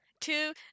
two